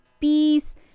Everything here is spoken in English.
peace